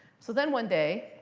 so then one day,